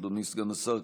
אדוני סגן השר,